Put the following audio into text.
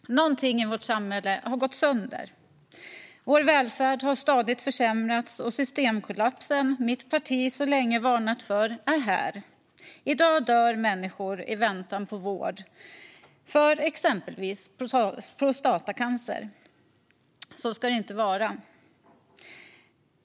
Någonting i vårt samhälle har gått sönder. Vår välfärd har stadigt försämrats, och systemkollapsen mitt parti så länge varnat för är här. I dag dör människor i väntan på vård för exempelvis prostatacancer. Så ska det inte vara.